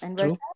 true